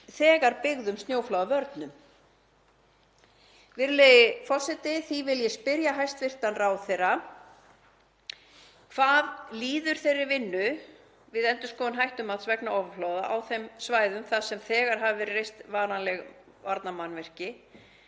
þegar byggðum snjóflóðavörnum. Virðulegi forseti. Því vil ég spyrja hæstv. ráðherra: Hvað líður vinnu við endurskoðun hættumats vegna ofanflóða, á þeim svæðum þar sem þegar hafa verið reist varanleg varnarvirki,